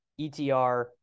ETR